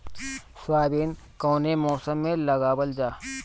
Soybean कौने मौसम में लगावल जा?